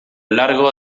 largo